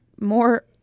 more